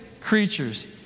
creatures